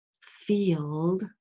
field